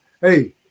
hey